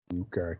Okay